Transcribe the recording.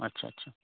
আচ্ছা আচ্ছা